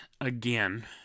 again